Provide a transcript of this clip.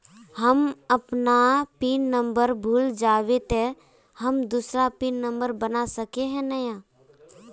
हम अपन pin number भूल जयबे ते हम दूसरा पिन नंबर बना सके है नय?